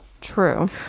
True